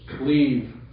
leave